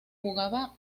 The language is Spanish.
jugaba